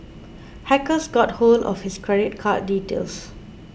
hackers got hold of his credit card details